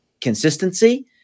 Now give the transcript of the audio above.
consistency